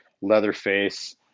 Leatherface